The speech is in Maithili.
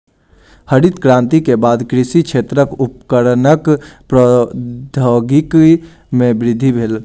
हरित क्रांति के बाद कृषि क्षेत्रक उपकरणक प्रौद्योगिकी में वृद्धि भेल